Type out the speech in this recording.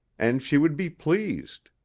and she would be pleased.